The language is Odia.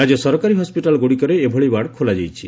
ରାଜ୍ୟ ସରକାରୀ ହସ୍ୱିଟାଲ୍ଗ୍ରଡ଼ିକରେ ଏଭଳି ଓ୍ବାର୍ଡ଼ ଖୋଲାଯାଇଛି